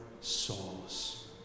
souls